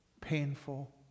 painful